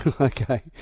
Okay